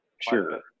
Sure